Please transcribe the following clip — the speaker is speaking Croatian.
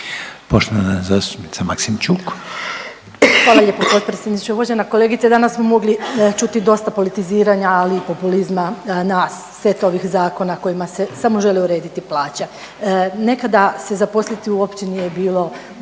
Ljubica (HDZ)** Hvala lijepo potpredsjedniče. Uvažena kolegice danas smo mogli čuti dosta politiziranja, ali i populizma na set ovih zakona kojima se samo želi urediti plaća. Nekada se zaposliti u općini je bilo